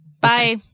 bye